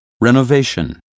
renovation